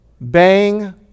Bang